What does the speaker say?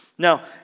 Now